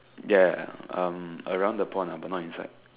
ya around the pond but not inside